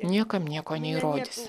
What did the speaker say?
niekam nieko neįrodysi